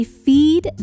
feed